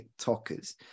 tiktokers